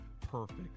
perfect